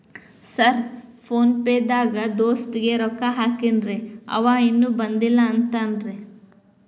Sir PhonePe ದಾಗ ದೋಸ್ತ್ ಗೆ ರೊಕ್ಕಾ ಹಾಕೇನ್ರಿ ಅಂವ ಇನ್ನು ಬಂದಿಲ್ಲಾ ಅಂತಾನ್ರೇ?